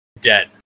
dead